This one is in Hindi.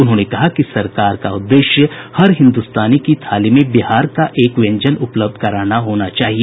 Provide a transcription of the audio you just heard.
उन्होंने कहा कि सरकार का उद्देश्य हर हिन्दुस्तानी की थाली में बिहार का एक व्यंजन उपलब्ध कराना होना चाहिए